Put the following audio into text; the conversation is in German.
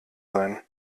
sein